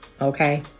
Okay